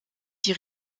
die